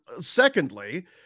Secondly